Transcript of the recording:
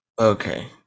Okay